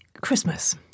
Christmas